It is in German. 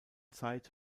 zeit